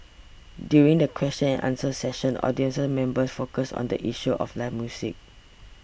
during the question and answer session audience members focused on the issue of live music